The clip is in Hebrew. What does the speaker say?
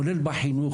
כולל בחינוך.